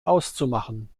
auszumachen